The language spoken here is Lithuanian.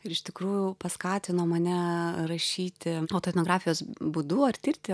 ir iš tikrųjų paskatino mane rašyti autoetnografijos būdu ar tirti